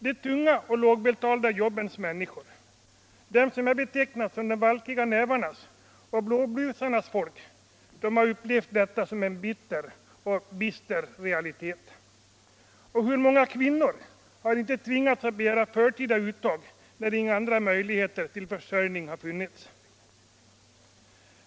De tunga och lågbetalda jobbens människor, de valkiga nävarnas och blåblusarnas folk har upplevt detta som en bitter och bister realitet. Och hur många kvinnor har inte tvingats att begära förtida uttag när ingen annan möjlighet till försörjning har funnits?